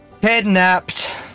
Kidnapped